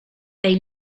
they